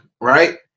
Right